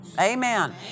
Amen